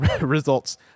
results